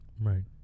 right